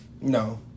No